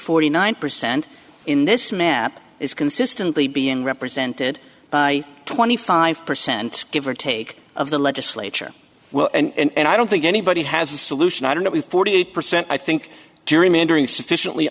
forty nine percent in this map is consistently being represented by twenty five percent give or take of the legislature well and i don't think anybody has a solution i don't know if forty eight percent i think durham enduring sufficiently